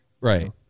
right